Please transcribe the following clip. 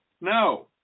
No